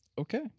Okay